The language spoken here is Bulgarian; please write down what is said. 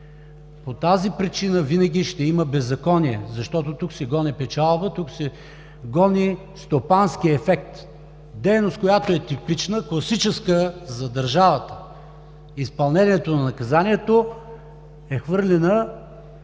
По тази причина винаги ще има беззаконие, защото тук се гони печалба, гони се стопански ефект. Дейност, която е типична, класическа за държавата – изпълнението на наказанието, е хвърлена